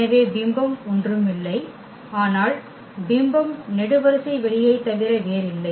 எனவே பிம்பம் ஒன்றும் இல்லை ஆனால் பிம்பம் நெடுவரிசை வெளியைத் தவிர வேறில்லை